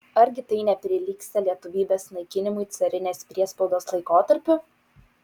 argi tai neprilygsta lietuvybės naikinimui carinės priespaudos laikotarpiu